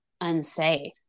unsafe